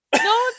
No